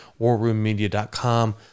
warroommedia.com